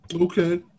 Okay